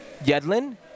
Yedlin